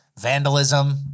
vandalism